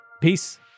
Peace